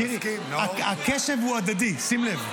שירי, אתה רואה שהקשב הוא הדדי, שים לב.